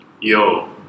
yo